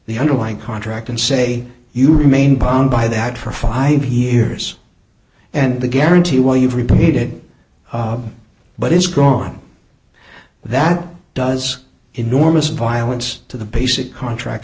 the underlying contract and say you remain bond buy that for five years and the guarantee while you've repeated but it's gone that does enormous violence to the basic contract